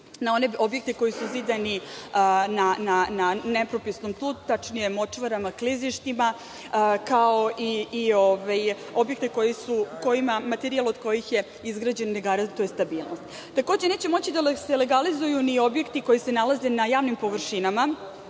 na one objekte koji su zidani na nepropisnom tlu, tačnije močvarama, klizištima, kao i objekte kojima materijal, od kojih je izgrađen, ne garantuje stabilnost. Takođe, neće moći da se legalizuju ni objekti koji se nalaze na javnim površinama,